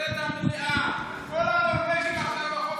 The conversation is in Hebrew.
תראה את המליאה, כל הנורבגים עכשיו בחופשה.